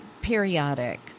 periodic